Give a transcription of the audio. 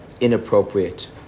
inappropriate